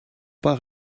pas